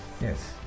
Yes